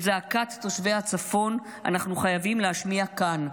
את זעקת תושבי הצפון אנחנו חייבים להשמיע כאן,